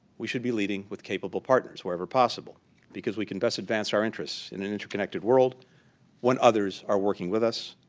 we should be leading with capable partners wherever possible because we can best advance our interests in an interconnected world when others are working with us,